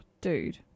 dude